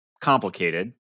complicated